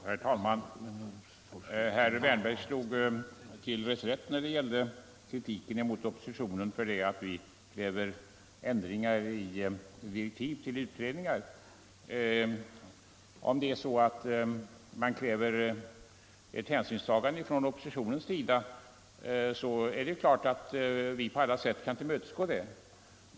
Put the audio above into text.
Herr talman! Herr Wärnberg slog till reträtt när det gällde kritiken mot oppositionen för att vi kräver ändringar i direktiv till utredningar. Om man kräver ett hänsynstagande från oppositionen är det klart att vi på alla sätt kan tillmötesgå ett sådant.